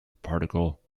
particle